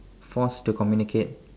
forced to communicate